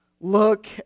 look